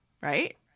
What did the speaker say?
Right